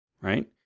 right